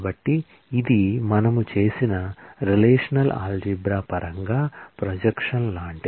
కాబట్టి ఇది మనము చేసిన రిలేషనల్ ఆల్జీబ్రా లాంటిది